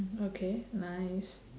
okay nice